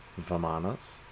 Vamanas